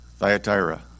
Thyatira